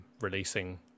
releasing